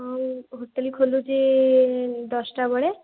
ହଁ ହୋଟେଲ ଖୋଲୁଛି ଦଶଟା ବେଳେ